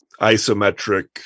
isometric